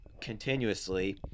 continuously